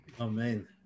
Amen